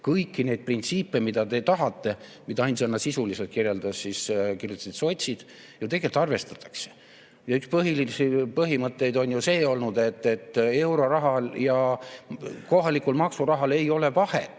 kõiki neid printsiipe, mida te tahate ja mida ainsana sisuliselt kirjeldasid sotsid, ju tegelikult arvestatakse. Ja üks põhilisi põhimõtteid on see olnud, et eurorahal ja kohalikul maksurahal ei ole vahet.